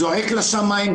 זועק לשמים,